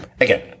again